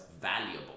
valuable